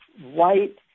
white